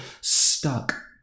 stuck